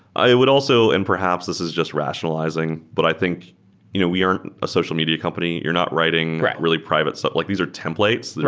i would also and perhaps this is just rationalizing, but i think you know we aren't a social media company. you're not writing really private stuff. like these are templates.